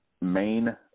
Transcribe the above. main